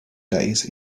days